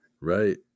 Right